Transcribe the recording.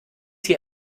hier